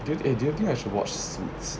do you do you think I should watch suits